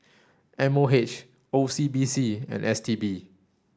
M O H O C B C and S T B